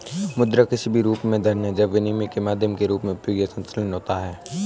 मुद्रा किसी भी रूप में धन है जब विनिमय के माध्यम के रूप में उपयोग या संचलन में होता है